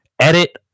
edit